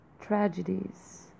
tragedies